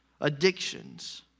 addictions